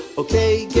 ok, get